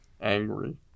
angry